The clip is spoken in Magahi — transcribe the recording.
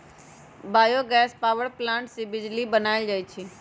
बायो गैस पावर प्लांट से बिजली बनाएल जाइ छइ